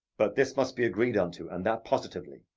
but this must be agreed unto, and that positively.